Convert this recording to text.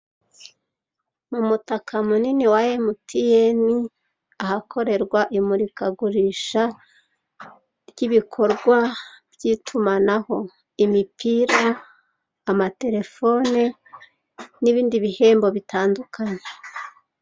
Umutaka munini wa MTN ahakorerwa imurikagurisha ry'ibikorwa by'itumanaho, imipira, amatelefone n'ibindi bihembo bitandukanye.